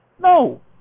No